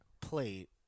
plate